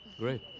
great.